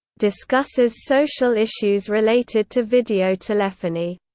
discusses social issues related to videotelephony.